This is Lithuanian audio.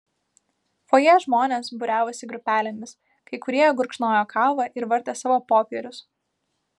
fojė žmonės būriavosi grupelėmis kai kurie gurkšnojo kavą ir vartė savo popierius